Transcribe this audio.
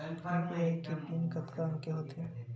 UPI के PIN कतका अंक के होथे?